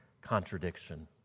contradiction